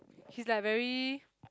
he's like very